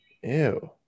Ew